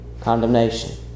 condemnation